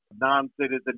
non-citizen